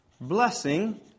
blessing